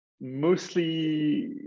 mostly